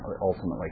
ultimately